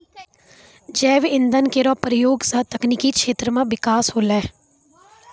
जैव इंधन केरो प्रयोग सँ तकनीकी क्षेत्र म बिकास होलै